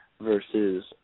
versus